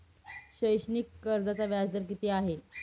शैक्षणिक कर्जाचा व्याजदर किती आहे?